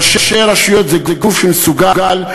ראשי הרשויות זה גוף שמסוגל,